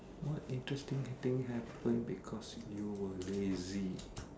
what interesting thing happen because you were lazy